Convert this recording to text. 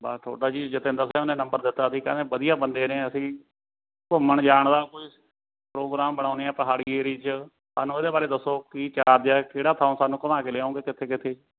ਬਸ ਤੁਹਾਡਾ ਜੀ ਜਤਿੰਦਰ ਸਿੰਘ ਨੇ ਨੰਬਰ ਦਿੱਤਾ ਸੀ ਕਹਿੰਦੇ ਵਧੀਆ ਬੰਦੇ ਨੇ ਅਸੀਂ ਘੁੰਮਣ ਜਾਣ ਦਾ ਕੋਈ ਪ੍ਰੋਗਰਾਮ ਬਣਾਉਂਦੇ ਆ ਪਹਾੜੀ ਏਰੀਏ 'ਚ ਸਾਨੂੰ ਉਹਦੇ ਬਾਰੇ ਦੱਸੋ ਕੀ ਚਾਰਜ ਕਿਹੜਾ ਥੋਂ ਸਾਨੂੰ ਘੁੰਮਾ ਕੇ ਲਿਆਓਂਗੇ ਕਿੱਥੇ ਕਿੱਥੇ